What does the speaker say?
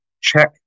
check